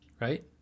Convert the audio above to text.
right